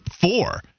four